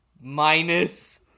minus